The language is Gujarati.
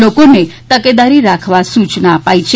લોકોને તકેદારી રાખવા સૂયના અપાઇ છે